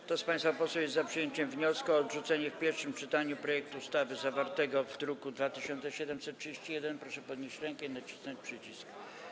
Kto z państwa posłów jest za przyjęciem wniosku o odrzucenie w pierwszym czytaniu projektu ustawy zawartego w druku nr 2731, proszę podnieść rękę i nacisnąć przycisk.